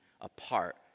apart